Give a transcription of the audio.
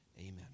Amen